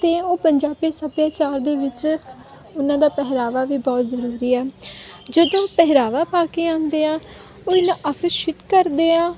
ਅਤੇ ਉਹ ਪੰਜਾਬੀ ਸੱਭਿਆਚਾਰ ਦੇ ਵਿੱਚ ਉਹਨਾਂ ਦਾ ਪਹਿਰਾਵਾ ਵੀ ਬਹੁਤ ਜ਼ਰੂਰੀ ਹੈ ਜਦੋਂ ਪਹਿਰਾਵਾ ਪਾ ਕੇ ਆਉਂਦੇ ਆ ਉਹ ਇਹਨਾਂ ਆਕਰਸ਼ਿਤ ਕਰਦੇ ਆ